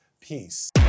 Peace